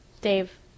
Dave